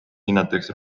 hinnatakse